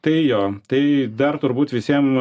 tai jo tai dar turbūt visiem